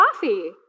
coffee